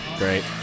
Great